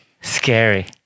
scary